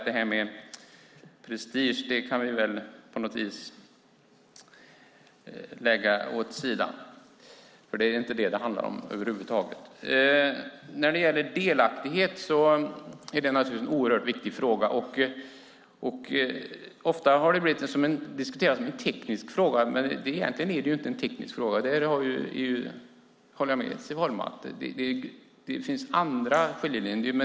Det här med prestige det kan vi väl på något vis lägga åt sidan, för det är över huvud taget inte det som det handlar om. När det gäller delaktighet är det naturligtvis en oerhört viktig fråga. Ofta har det diskuterats som en teknisk fråga, men egentligen är det ju inte det. Jag håller med Siv Holma om att det finns andra skiljelinjer.